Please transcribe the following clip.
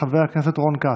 חבר הכנסת רון כץ,